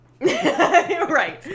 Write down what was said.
Right